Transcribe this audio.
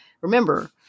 remember